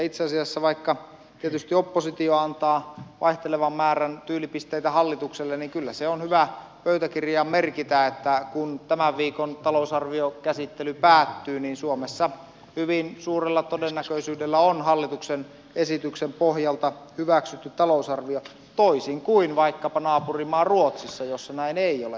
itse asiassa vaikka tietysti oppositio antaa vaihtelevan määrän tyylipisteitä hallitukselle niin kyllä se on hyvä pöytäkirjaan merkitä että kun tämän viikon talousarviokäsittely päättyy niin suomessa hyvin suurella todennäköisyydellä on hallituksen esityksen pohjalta hyväksytty talousarvio toisin kuin vaikkapa naapurimaa ruotsissa jossa näin ei ole